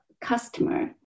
customer